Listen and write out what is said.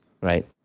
Right